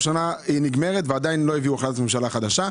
החלטה שעומדת להסתיים ועדיין לא הגיעו החלטת ממשלה חדשה.